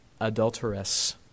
adulteress